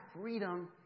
freedom